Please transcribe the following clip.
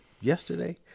yesterday